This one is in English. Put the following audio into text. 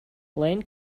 lane